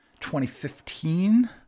2015